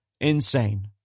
insane